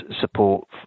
support